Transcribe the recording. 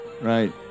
right